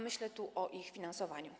Myślę o ich finansowaniu.